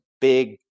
big